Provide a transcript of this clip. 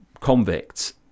convicts